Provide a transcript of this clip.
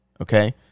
Okay